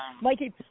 Mikey